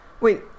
Wait